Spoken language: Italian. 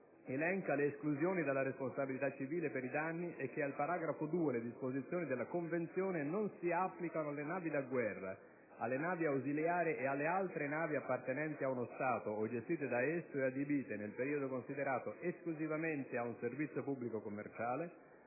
elenca le esclusioni dalla responsabilità civile per i danni e che al paragrafo 2 le disposizioni della Convenzione non si applicano alle navi da guerra, alle navi ausiliarie e alle altre navi appartenenti ad uno Stato o gestite da esso e adibite, nel periodo considerato, esclusivamente a un servizio pubblico commerciale;